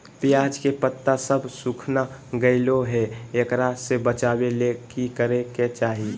प्याज के पत्ता सब सुखना गेलै हैं, एकरा से बचाबे ले की करेके चाही?